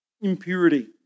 impurity